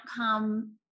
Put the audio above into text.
outcome